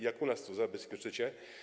Jak u nas to zabezpieczycie?